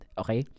okay